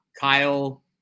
Kyle